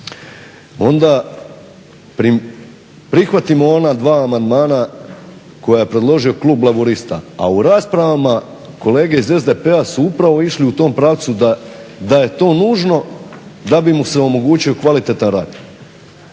onda prihvatimo ona dva amandmana koja je predložio klub Laburista, a u rasprava kolege iz SDP-a su upravo išli u tom pravcu da je to nužno da bi mu se omogućio kvalitetan rad.